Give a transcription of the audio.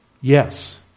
Yes